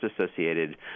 associated